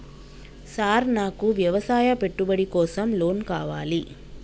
Sir నాకు వ్యవసాయ పెట్టుబడి కోసం లోన్ కావాలి?